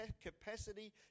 capacity